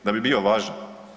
Da bi bio važan?